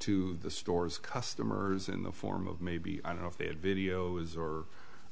to the store's customers in the form of maybe i don't know if they had videos or